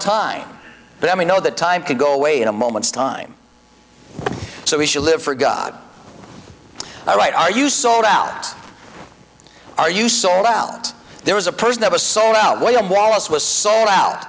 time but i know that time could go away in a moment's time so we should live for god all right are you sold out are you sold out there was a person that was sold out william wallace was sold out